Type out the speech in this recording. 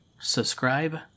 subscribe